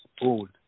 old